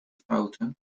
fouten